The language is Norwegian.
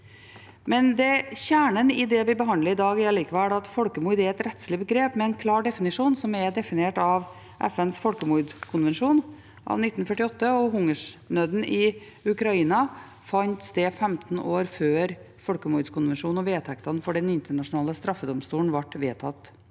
Kjernen i det vi behandler i dag, er likevel at «folkemord» er et rettslig begrep med en klar definisjon, som er definert i FNs folkemordkonvensjon av 1948. Hungersnøden i Ukraina fant sted 15 år før folkemordkonvensjonen og vedtektene for den internasjonale straffedomstolen ble vedtatt.